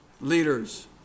leaders